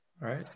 right